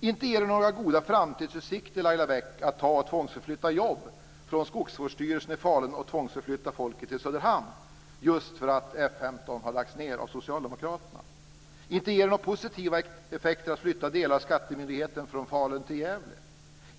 Inte ger det några goda framtidsutsikter, Laila Bäck, att tvångsförflytta jobb och folk från Skogsvårdsstyrelsen i Falun till Söderhamn - bara för att F 15 har lagts ned av Socialdemokraterna. Inte ger det några positiva effekter att flytta delar av skattemyndigheten från Falun till Gävle.